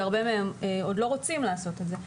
שהרבה מהם עוד לא רוצים לעשות את זה.